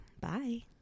bye